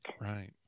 Right